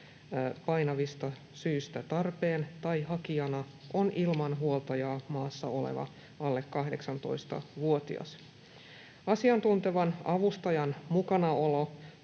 painavista syistä tarpeen tai hakijana on ilman huoltajaa maassa oleva alle 18-vuotias. Asiantuntevan avustajan mukanaolo